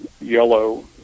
yellow